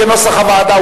כנוסח הוועדה,